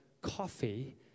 coffee